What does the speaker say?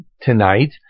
tonight